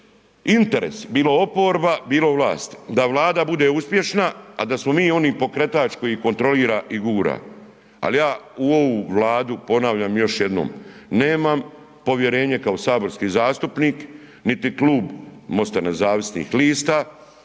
interes, bilo oporba, bilo vlast da vlada bude uspješna, a da smo mi oni pokretač koji kontrolira i gura, ali ja u ovu Vladu, ponavljam još jednom nemam povjerenje kao saborski zastupnik niti Klub MOST-a nezavisnih lista